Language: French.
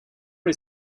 les